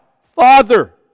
Father